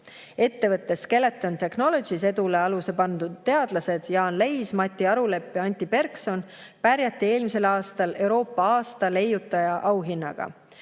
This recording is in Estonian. Ettevõte Skeleton Technologies edule aluse pannud teadlased Jaan Leis, Mati Arulepp ja Anti Perkson pärjati eelmisel aastal Euroopa aasta leiutaja auhinnaga.